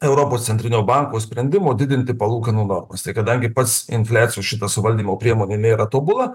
europos centrinio banko sprendimo didinti palūkanų normas tai kadangi pats infliacijos šitas suvaldymo priemonė ji nėra tobula